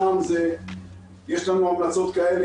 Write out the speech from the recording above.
שם יש לנו המלצות כאלה,